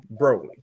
Broly